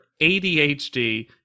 ADHD